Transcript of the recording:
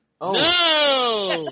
No